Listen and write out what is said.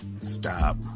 Stop